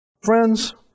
Friends